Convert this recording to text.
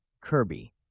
Kirby